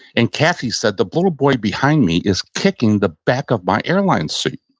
and kathy said, the little boy behind me is kicking the back of my airline seat.